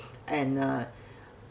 and uh